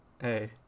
hey